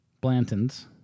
Blanton's